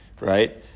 right